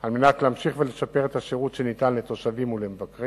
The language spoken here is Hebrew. על מנת להמשיך ולשפר את השירות שניתן לתושבים ולמבקרים.